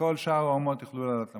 וכל שאר האומות יוכלו לעלות למטוס.